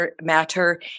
matter